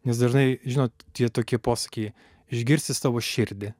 nes dažnai žinot tie tokie posakiai išgirsti savo širdį